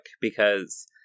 because-